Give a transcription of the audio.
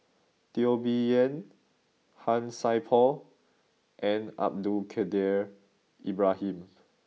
Teo Bee Yen Han Sai Por and Abdul Kadir Ibrahim